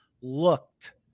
looked –